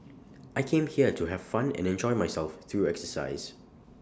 I came here to have fun and enjoy myself through exercise